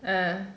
ah